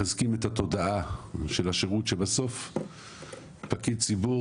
מחזקים את התודעה של השירות כך שבסוף פקיד ציבור